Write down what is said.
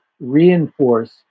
reinforce